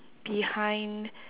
behind